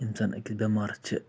یِم زَن أکِس بٮ۪مارَس چھِ